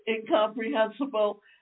incomprehensible